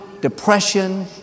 depression